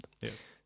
Yes